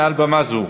מעל במה זו.